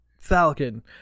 Falcon